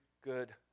good